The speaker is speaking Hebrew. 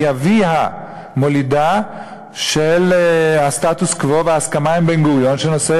היא אביו מולידו של הסטטוס-קוו וההסכמה עם בן-גוריון שנושאי